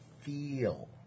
feel